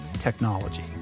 technology